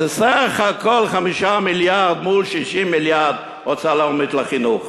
אז זה סך הכול 5 מיליארד מול 60 מיליארד הוצאה לאומית לחינוך,